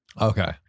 okay